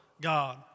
God